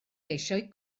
eisiau